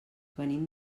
venim